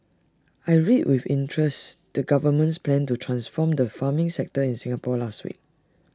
I read with interest the government's plan to transform the farming sector in Singapore last week